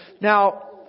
now